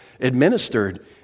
administered